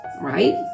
right